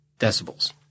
decibels